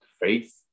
faith